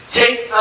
take